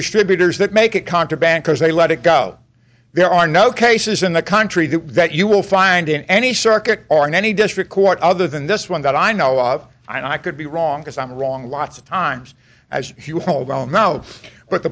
distributors that make it contraband because they let it go there are no cases in the country that that you will find in any circuit are in any district court other than this one that i know of and i could be wrong because i'm wrong lots of times as you homegrown know but